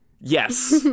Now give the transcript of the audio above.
Yes